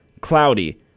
cloudy